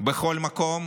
בכל מקום.